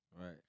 Right